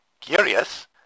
Curious